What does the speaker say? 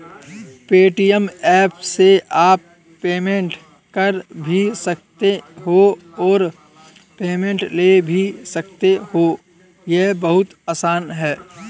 Paytm app से आप payment कर भी सकते हो और पेमेंट ले भी सकते हो, ये बहुत आसान है